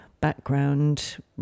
background